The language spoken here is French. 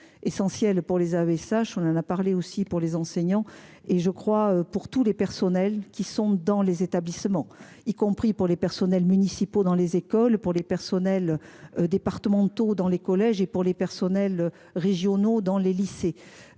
essentiel pour les AESH, on en a parlé aussi pour les enseignants et je crois pour tous les personnels qui sont dans les établissements, y compris pour les personnels municipaux dans les écoles pour les personnels. Départementaux dans les collèges et pour les personnels régionaux dans les lycées.